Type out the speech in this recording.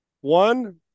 one